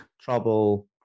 trouble